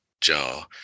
jar